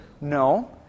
No